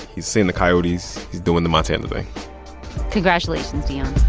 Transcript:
he's seeing the coyotes. he's doing the montana thing congratulations, deion